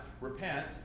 repent